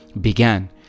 began